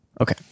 okay